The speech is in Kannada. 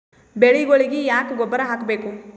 ಬೆಳಿಗೊಳಿಗಿ ಯಾಕ ಗೊಬ್ಬರ ಹಾಕಬೇಕು?